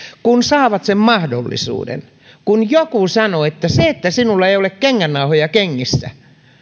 kun saavat sen mahdollisuuden kun joku sanoo että se että sinulla ei ole kengännauhoja kengissä